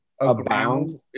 abound